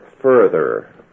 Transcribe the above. further